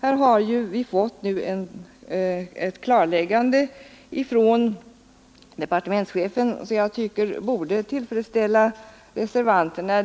Vi har fått ett klarläggande från departementschefen, som jag tycker borde tillfredsställa reservanterna.